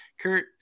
Kurt